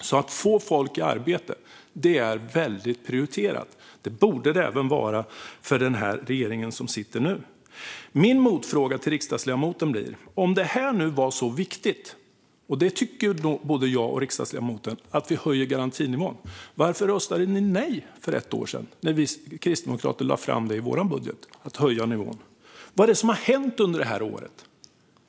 Att få folk i arbete är väldigt prioriterat. Det borde det även vara för den regering som sitter nu. Min motfråga till riksdagsledamoten blir: Om det nu är så viktigt att vi höjer garantinivån, vilket både jag och riksdagsledamoten tycker, varför röstade ni då nej för ett år sedan, när vi kristdemokrater i vår budget lade fram ett förslag om att höja nivån?